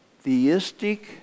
theistic